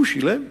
הוא שילם.